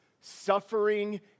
suffering